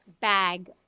bag